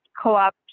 co-op